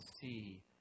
see